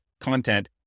content